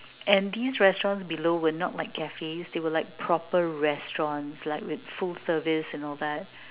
and these restaurants below were not like cafes they were like proper restaurants like with full service and all that